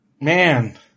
Man